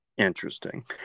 Interesting